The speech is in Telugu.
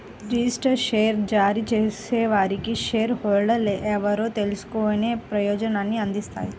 రిజిస్టర్డ్ షేర్ జారీ చేసేవారికి షేర్ హోల్డర్లు ఎవరో తెలుసుకునే ప్రయోజనాన్ని అందిస్తాయి